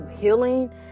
healing